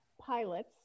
pilots